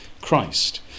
Christ